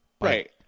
Right